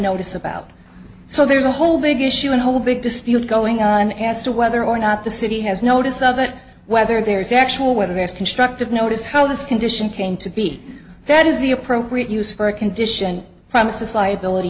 notice about so there's a whole big issue and a whole big dispute going on as to whether or not the city has notice of it whether there is actual whether there's constructive notice how this condition came to be that is the appropriate use for a condition premises